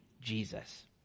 Jesus